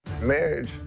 Marriage